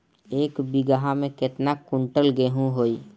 एक बीगहा में केतना कुंटल गेहूं होई?